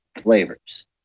flavors